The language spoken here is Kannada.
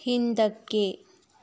ಹಿಂದಕ್ಕೆ